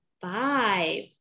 Five